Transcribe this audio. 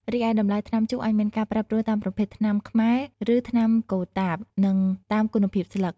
រីឯតម្លៃថ្នាំជក់អាចមានការប្រែប្រួលតាមប្រភេទ ថ្នាំខ្មែរ ឬថ្នាំកូតាប និងតាមគុណភាពស្លឹក។